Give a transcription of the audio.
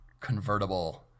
convertible